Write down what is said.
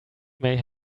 may